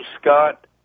Scott